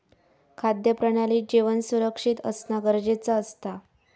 खाद्य प्रणालीत जेवण सुरक्षित असना गरजेचा असता